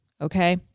okay